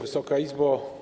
Wysoka Izbo!